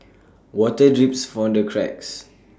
water drips from the cracks